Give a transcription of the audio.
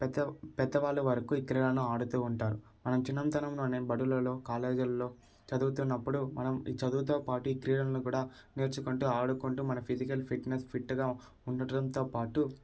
పెద్ద పెద్దవాళ్ళ వరకు ఈ క్రీడలను ఆడుతూ ఉంటారు మనం చిన్నతనంలోనే బడులలో కాలేజీల్లో చదువుతున్నపుడు మనం ఈ చదువుతో పాటు ఈ క్రీడలను కూడా నేర్చుకుంటూ ఆడుకుంటూ మన ఫిజికల్ ఫిట్నెస్ ఫిట్గా ఉండడంతో పాటు